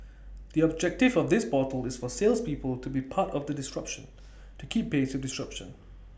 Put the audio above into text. the objective of this portal is for salespeople to be part of the disruption to keep pace with disruption